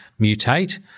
mutate